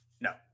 No